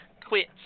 quit